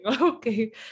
Okay